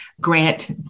grant